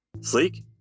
Sleek